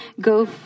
go